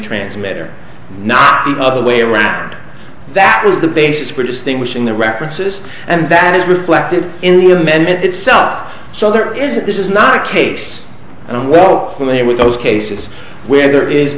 transmitter not the other way around that is the basis for distinguishing the references and that is reflected in the amendment itself so there is that this is not a case and i'm well familiar with those cases where there is